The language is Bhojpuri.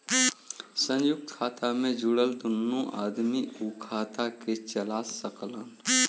संयुक्त खाता मे जुड़ल दुन्नो आदमी उ खाता के चला सकलन